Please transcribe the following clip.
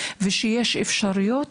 ישנן אפשרויות